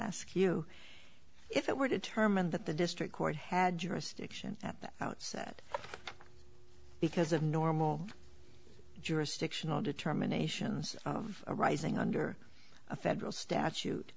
ask you if it were determined that the district court had jurisdiction at the outset because of normal jurisdictional determinations of a rising under a federal statute